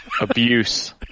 abuse